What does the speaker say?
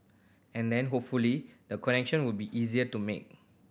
and then hopefully the connection will be easier to make